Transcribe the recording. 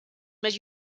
més